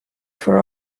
for